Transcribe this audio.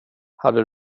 hade